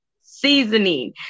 seasoning